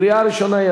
קריאה ראשונה.